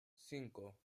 cinco